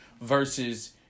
versus